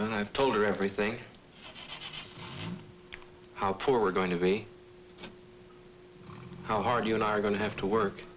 when i've told her everything how poor we're going to be how hard you and i are going to have to work